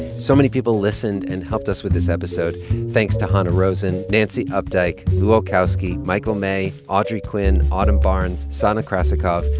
so many people listened and helped us with this episode thanks to hanna rosin, nancy updike, lu olkowski, michael may, audrey quinn, autumn barnes, sana krasikov,